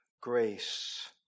grace